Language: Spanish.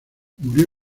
murió